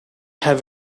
have